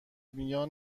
میان